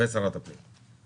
ושרת הפנים.